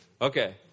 Okay